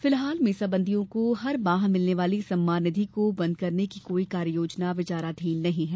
फिलहाल मीसाबंदियों को हर माह मिलने वाली सम्मान निधि को बंद करने की कोई कार्ययोजना विचाराधीन नहीं है